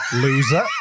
loser